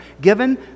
given